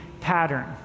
pattern